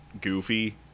goofy